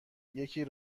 یکی